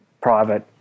private